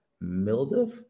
mildew